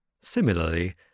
Similarly